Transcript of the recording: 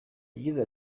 yagize